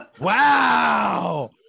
Wow